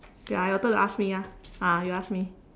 okay ah your turn to ask me ah ah you ask me